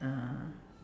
uh